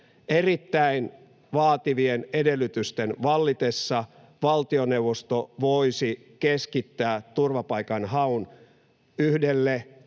erittäin vaativien edellytysten vallitessa, valtioneuvosto voisi keskittää turvapaikanhaun yhdelle